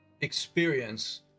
experience